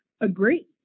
agree